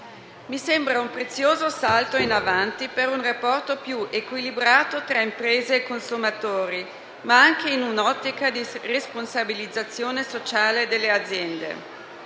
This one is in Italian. Mi sembra un prezioso salto in avanti per un rapporto più equilibrato tra imprese e consumatori, ma anche in un'ottica di responsabilizzazione sociale delle aziende.